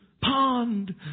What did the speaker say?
Pond